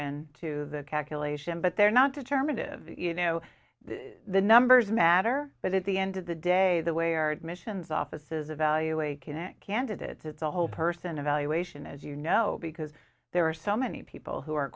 in to the calculation but they're not determinative you know the numbers matter but at the end of the day the way our admissions offices evaluate kinnick candidates it's a whole person evaluation as you know because there are so many people who are